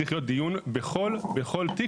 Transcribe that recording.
צריך להיות דיון בכל תיק,